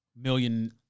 million